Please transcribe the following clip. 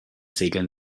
segeln